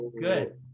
good